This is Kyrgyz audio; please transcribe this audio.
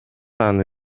аны